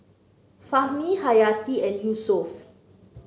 Fahmi Hayati and Yusuf